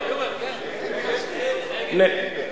נגד.